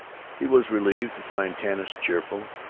he was relieved to find tanis cheerful,